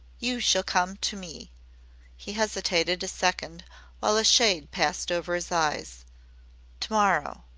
you shall come to me he hesitated a second while a shade passed over his eyes to-morrow.